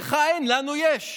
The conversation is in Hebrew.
לך אין, לנו יש.